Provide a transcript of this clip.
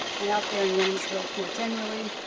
and out there in yeah in evansville more generally,